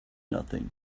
nothing